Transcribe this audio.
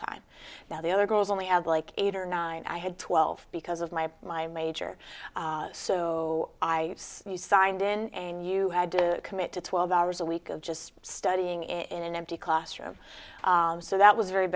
time now the other girls only had like eight or nine and i had twelve because of my my major so so i see you signed in and you had to commit to twelve hours a week of just studying in an empty classroom so that was very